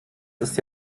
ist